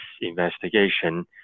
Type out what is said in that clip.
investigation